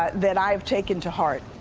that that i've taken to heart.